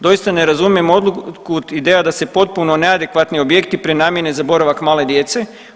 Doista ne razumijem od kud ideja da se potpuno neadekvatni objekti prenamijene za boravaka male djece.